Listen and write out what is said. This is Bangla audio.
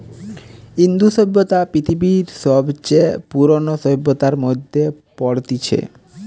ইন্দু সভ্যতা পৃথিবীর সবচে পুরোনো সভ্যতার মধ্যে পড়তিছে